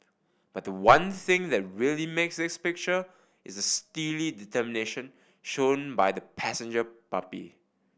but the one thing that really makes this picture is the steely determination shown by the passenger puppy